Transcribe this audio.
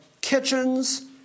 kitchens